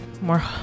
more